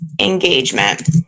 engagement